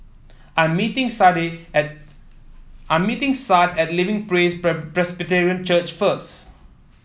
I'm meeting at I'm meeting Sade at Living Praise Presbyterian Church first